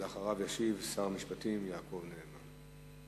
ואחריו ישיב שר המשפטים יעקב נאמן.